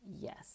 yes